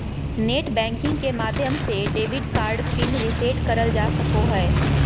net banking के माध्यम से डेबिट कार्ड पिन रीसेट करल जा सको हय